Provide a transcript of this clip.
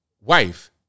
wife